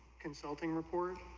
consulting report